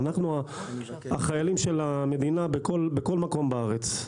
אנחנו החיילים של המדינה בכל מקום בארץ.